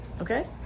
okay